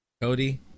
Cody